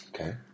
Okay